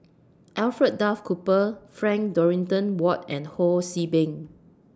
Alfred Duff Cooper Frank Dorrington Ward and Ho See Beng